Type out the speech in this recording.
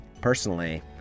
Personally